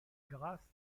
graf